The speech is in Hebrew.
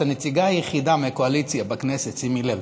את הנציגה היחידה מקואליציה בכנסת, שימי לב.